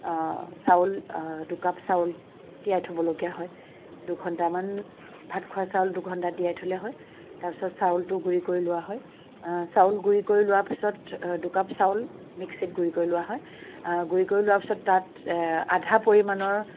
চাউল দুকাপ চাউল তিয়াই থ'বলগীয়া হয় দুঘন্টামান ভাত খোৱা চাউল দুঘন্টা তিয়াই থ'লে হয় তাৰ পিছত চাউলটো গুৰি কৰি লোৱা হয় চাউল গুৰি কৰি লোৱা পিছত দুকাপ চাউল মিক্সিত গুৰি কৰি লোৱা হয় গুৰি কৰি লোৱা পিছত তাত আধা পৰিমাণৰ